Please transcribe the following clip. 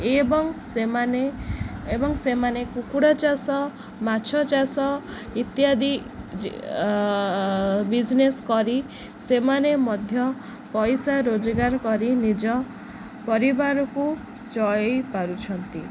ଏବଂ ସେମାନେ ଏବଂ ସେମାନେ କୁକୁଡ଼ା ଚାଷ ମାଛ ଚାଷ ଇତ୍ୟାଦି ବିଜନେସ୍ କରି ସେମାନେ ମଧ୍ୟ ପଇସା ରୋଜଗାର କରି ନିଜ ପରିବାରକୁ ଚଳାଇ ପାରୁଛନ୍ତି